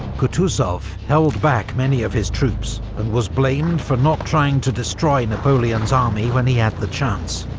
kutuzov held back many of his troops, and was blamed for not trying to destroy napoleon's army when he had the chance.